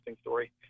story